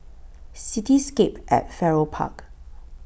Cityscape At Farrer Park